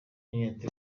n’inyota